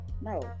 No